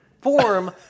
form